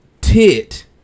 tit